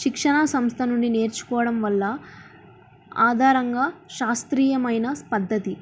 శిక్షణా సంస్థ నుండి నేర్చుకోవడం వల్ల ఆధారంగా శాస్త్రీయమైన పద్ధతి